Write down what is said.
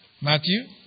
Matthew